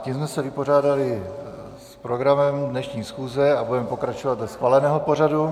Tím jsme se vypořádali s programem dnešní schůze a budeme pokračovat dle schváleného pořadu.